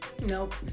Nope